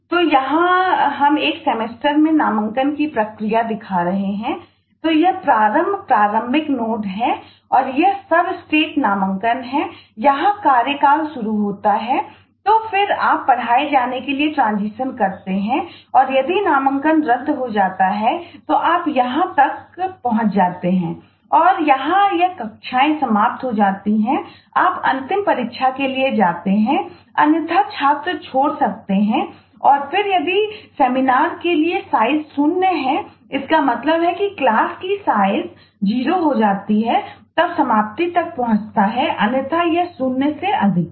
तो यह यहाँ है हम एक सेमेस्टर जीरो हो जाती है तब समाप्ति तक पहुंचता है अन्यथा यह शून्य से अधिक है